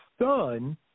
son